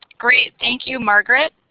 great, thank you, margaret.